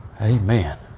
Amen